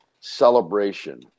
celebration